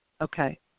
Okay